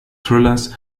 thrillers